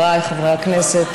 חבריי חברי הכנסת,